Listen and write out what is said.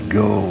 go